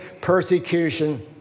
persecution